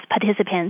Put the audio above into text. participants